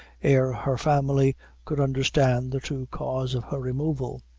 ere her family could understand the true cause of her removal.